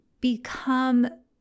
become